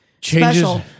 special